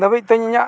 ᱫᱷᱟᱹᱵᱤᱡᱛᱮ ᱤᱧᱟᱹᱜ